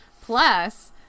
Plus